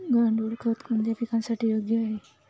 गांडूळ खत कोणत्या पिकासाठी योग्य आहे?